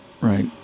Right